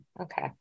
okay